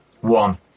One